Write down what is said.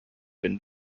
been